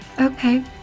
Okay